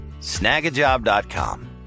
Snagajob.com